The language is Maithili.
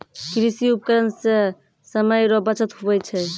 कृषि उपकरण से समय रो बचत हुवै छै